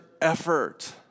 effort